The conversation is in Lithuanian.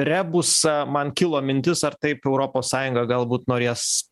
rebusą man kilo mintis ar taip europos sąjunga galbūt norės